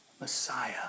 Messiah